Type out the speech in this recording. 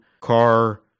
car